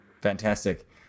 Fantastic